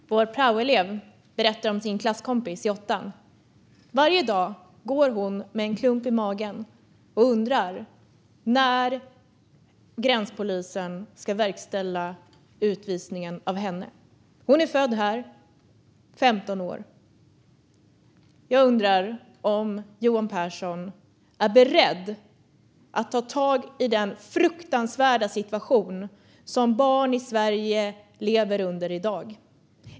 Fru talman! Vår praoelev berättar om sin klasskompis i åttan. Varje dag går hon med en klump i magen och undrar när gränspolisen ska verkställa utvisningen av henne. Hon är född här, 15 år. Jag undrar om Johan Pehrson är beredd att ta tag i den fruktansvärda situation som barn i Sverige i dag lever i.